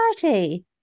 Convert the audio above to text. party